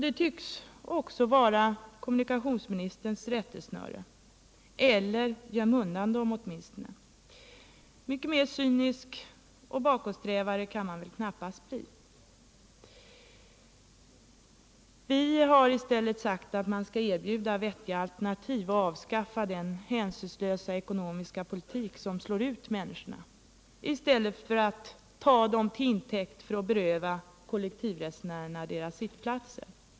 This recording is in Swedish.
Det tycks också vara kommunikationsministerns rättesnöre — eller göm undan dessa människor åtminstone! Mycket mer cynisk och bakåtsträvande kan man väl knappast bli. Vi har sagt att man skall erbjuda vettiga alternativ och avskaffa den hänsynslösa ekonomiska politik som slår ut människorna — i stället för att ta dem till inzäkt för att beröva kollektivresenärerna deras sittplatser.